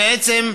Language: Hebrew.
בעצם,